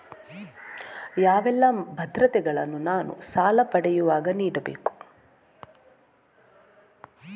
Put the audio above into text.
ಯಾವೆಲ್ಲ ಭದ್ರತೆಗಳನ್ನು ನಾನು ಸಾಲ ಪಡೆಯುವಾಗ ನೀಡಬೇಕು?